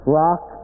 rock